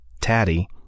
Taddy